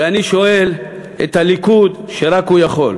ואני שואל את הליכוד שרק הוא יכול,